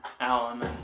Alan